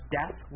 death